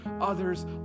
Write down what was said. others